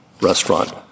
restaurant